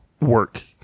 work